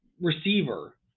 receiver